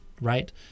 right